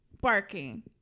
Barking